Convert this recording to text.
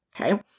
okay